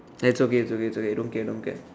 ya it's okay it's okay it's okay don't care don't care